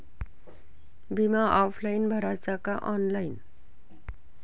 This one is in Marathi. बिमा ऑफलाईन भराचा का ऑनलाईन?